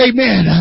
Amen